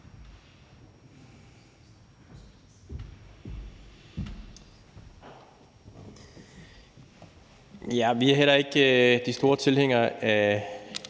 Vi er heller ikke de store tilhængere af